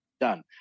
done